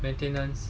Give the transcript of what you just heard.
maintenance